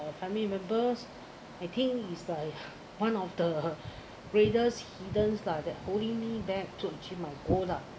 family members I think is like one of the greatest hindrnace lah that holding me back to achieve my goal lah